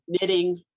Knitting